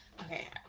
okay